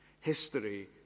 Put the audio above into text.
History